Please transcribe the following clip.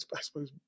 suppose